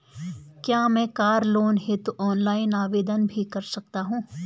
क्या मैं car loan हेतु ऑनलाइन आवेदन भी कर सकता हूँ?